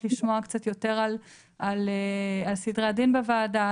לשמוע קצת יותר על סדרי הדין בוועדה,